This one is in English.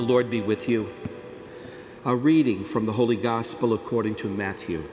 lord be with you are reading from the holy gospel according to matthew